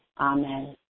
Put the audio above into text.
amen